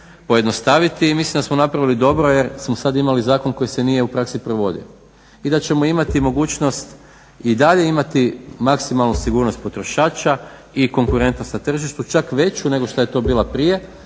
pojednostaviti i mislim da smo napravili dobro, jer smo sad imali zakon koji se nije u praksi provodio. I da ćemo imati mogućnost i dalje imati maksimalnu sigurnost potrošača i konkurentnost na tržištu čak veću nego što je to bila prije.